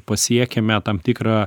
pasiekėme tam tikrą